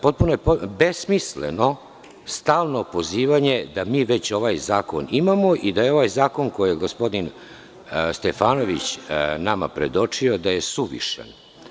Potpuno je besmisleno stalno pozivanje da mi ovaj zakon već imamo i da je ovaj zakon koji je gospodin Stefanović nama predočio suvišan.